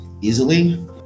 easily